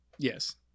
Yes